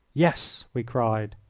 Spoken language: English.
yes, we cried.